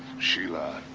shela.